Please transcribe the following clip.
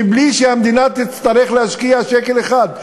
מבלי שהמדינה תצטרך להשקיע שקל אחד,